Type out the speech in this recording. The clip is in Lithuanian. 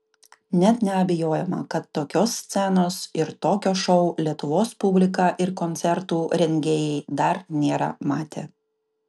net neabejojama kad tokios scenos ir tokio šou lietuvos publika ir koncertų rengėjai dar nėra matę